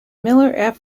miller